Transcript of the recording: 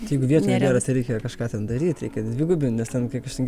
tai jeigu vietų nebėra tai reikia kažką ten daryt reikia dvigubint nes ten kiek prisimenu